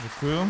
Děkuji.